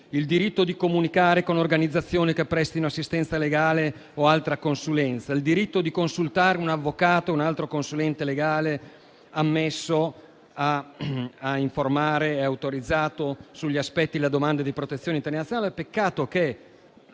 il diritto di comunicare con organizzazioni che prestino assistenza legale o altra consulenza, il diritto di consultare un avvocato o un altro consulente legale ammesso a informare e autorizzato sugli aspetti della domanda di protezione internazionale,